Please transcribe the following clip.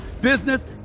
business